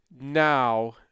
now